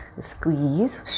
squeeze